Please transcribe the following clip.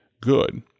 good